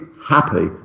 happy